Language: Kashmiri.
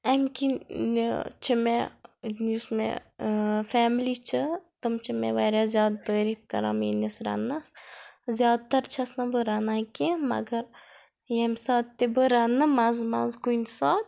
امہِ کِنۍ چھِ مےٚ یُس مےٚ فیملی چھِ تِم چھِ مےٚ وارِیاہ زِیادٕ تعٲریٖف کَران میٲنِس رَننس زِیادٕ تر چھس نہٕ بہٕ رَنان کینہہ مَگر ییٚمہِ ساتہٕ تہِ بہٕ رَنہٕ منٛزٕ منٛزٕ کُنہِ ساتہٕ